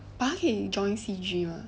but 他可以 join C_G mah